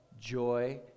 joy